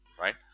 right